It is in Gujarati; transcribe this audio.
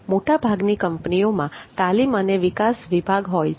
મોટાભાગની કંપનીઓમાં તાલીમ અને વિકાસ વિભાગ હોય છે